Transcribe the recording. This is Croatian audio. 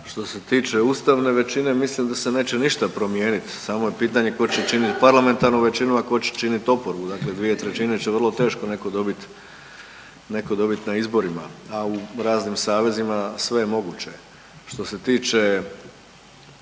Što se tiče ustavne većine mislim da se neće ništa promijeniti. Samo je pitanje tko će činiti parlamentarnu veću, a tko će činiti oporbu. Dakle, 2/3 će vrlo teško netko dobiti na izborima, a u raznim savezima sve je moguće. Što se tiče